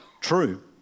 True